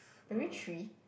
primary three